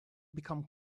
become